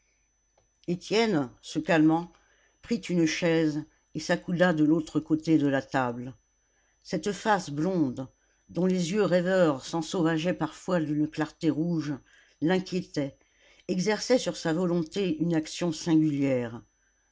étienne se calmant prit une chaise et s'accouda de l'autre côté de la table cette face blonde dont les yeux rêveurs s'ensauvageaient parfois d'une clarté rouge l'inquiétait exerçait sur sa volonté une action singulière